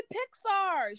Pixar